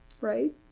right